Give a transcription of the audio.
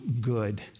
good